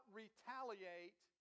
retaliate